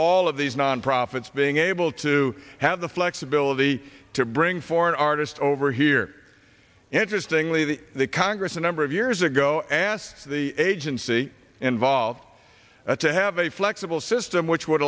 all of these nonprofits being able to have the flexibility to bring for an artist over here interestingly the congress a number of years ago asked the agency involved to have a flexible system which would